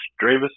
Dravis